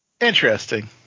Interesting